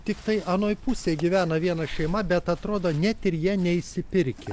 tiktai anoj pusėj gyvena viena šeima bet atrodo net ir jie neišsipirkę